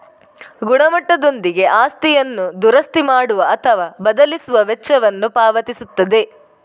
ಗುಣಮಟ್ಟದೊಂದಿಗೆ ಆಸ್ತಿಯನ್ನು ದುರಸ್ತಿ ಮಾಡುವ ಅಥವಾ ಬದಲಿಸುವ ವೆಚ್ಚವನ್ನು ಪಾವತಿಸುತ್ತದೆ